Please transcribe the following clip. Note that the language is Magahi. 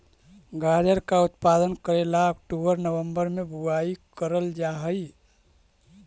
गाजर का उत्पादन करे ला अक्टूबर नवंबर में बुवाई करल जा हई